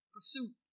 Pursuit